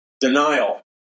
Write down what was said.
denial